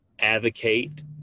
advocate